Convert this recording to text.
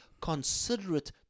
considerate